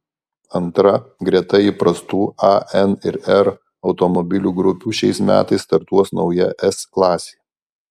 antra greta įprastų a n ir r automobilių grupių šiais metais startuos nauja s klasė